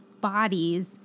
bodies